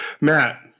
Matt